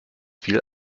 viel